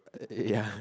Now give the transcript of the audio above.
ya